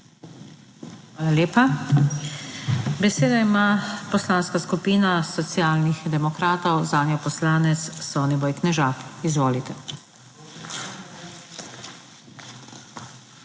Hvala lepa. Besedo ima Poslanska skupina Socialnih demokratov, zanjo kolega Soniboj Knežak. Izvoli.